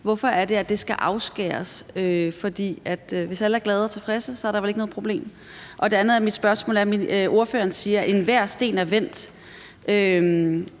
Hvorfor er det, at det skal afskæres? Hvis alle er glade og tilfredse, er der vel ikke noget problem? Mit andet spørgsmål er om, at ordføreren siger, at enhver sten er vendt.